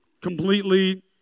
completely